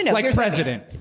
and like um president.